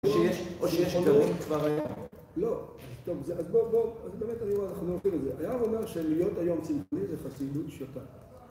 או שיש כאבים כבר היה לא, טוב, זה, אז בואו בואו אז באמת אנחנו עומדים על זה, היה הוא אומר שלהיות היום צמדים, זה חסידות שוטה